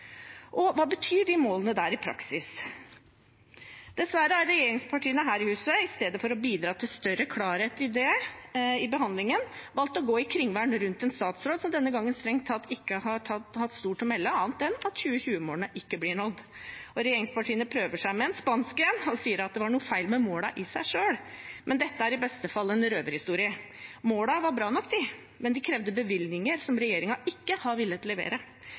Og hva betyr de målene i praksis? Dessverre har regjeringspartiene her i huset, i stedet for å bidra til større klarhet i det, under behandlingen valgt å gå i kringvern rundt en statsråd som denne gangen strengt tatt ikke har hatt stort å melde – annet enn at 2020-målene ikke blir nådd. Regjeringspartiene prøver seg med «en spansk en» og sier at det var noe feil med målene i seg selv, men dette er i beste fall en røverhistorie. Målene var bra nok, de, men de krevde bevilgninger som regjeringen ikke har villet levere.